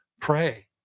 Pray